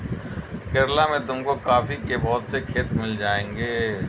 केरला में तुमको कॉफी के बहुत से खेत मिल जाएंगे